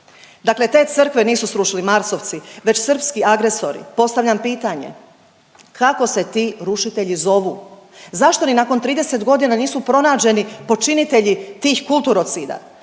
Dakle te crkve nisu srušili Marsovci već srpski agresori, postavljam pitanje kako se ti rušitelji zovu? Zašto ni nakon 30 godina nisu pronađeni počinitelji tih kulturocida?